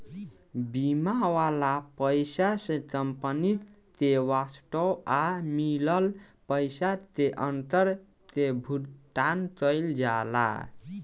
बीमा वाला पइसा से कंपनी के वास्तव आ मिलल पइसा के अंतर के भुगतान कईल जाला